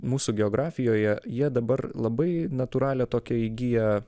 mūsų geografijoje jie dabar labai natūralią tokia įgiję